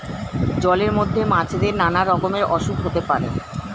জলের মধ্যে মাছেদের নানা রকমের অসুখ হতে পারে